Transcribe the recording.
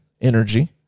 energy